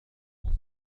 تصبح